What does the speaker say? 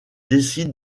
décide